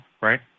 right